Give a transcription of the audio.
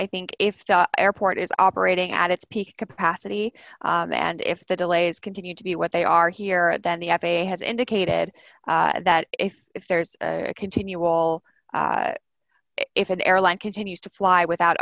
i think if the airport is operating at its peak capacity and if the delays continue to be what they are here then the f a a has indicated that if if there's a continual if an airline continues to fly without